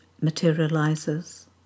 materializes